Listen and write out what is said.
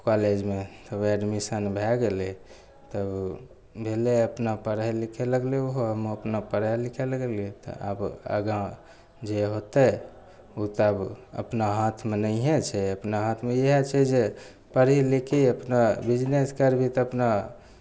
कॉलेजमे तब एडमिशन भए गेलय तब भेलय अपना पढ़य लिखै लगलय उहो हमहूँ अपना पढ़य लिखय लगलियै तऽ आब आगा जे होतय उ तऽ आब अपना हाथमे नइहें छै अपना हाथमे इएह छै जे पढ़ी लिखी अपना बिजनेस करबिही तऽ अपना